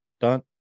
dun